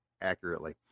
accurately